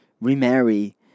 remarry